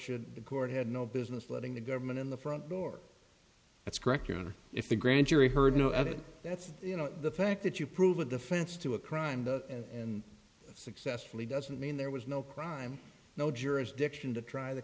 should the court had no business letting the government in the front door that's correct your honor if the grand jury heard no of it that's you know the fact that you prove with a fence to a crime that successfully doesn't mean there was no crime no jurisdiction to try the